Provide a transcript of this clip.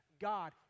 God